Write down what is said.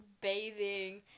bathing